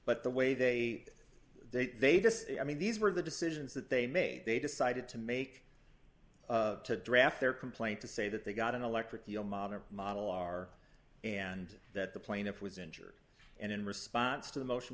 but the way they they they just i mean these were the decisions that they may they decided to make of to draft their complaint to say that they got an electric eel modern model r and that the plaintiff was injured and in response to the motion